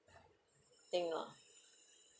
thing lah